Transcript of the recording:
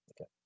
Okay